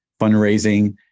fundraising